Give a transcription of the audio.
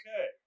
okay